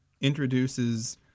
introduces